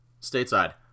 stateside